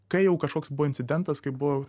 kai jau kažkoks buvo incidentas kai buvo